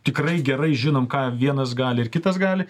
tikrai gerai žinom ką vienas gali ir kitas gali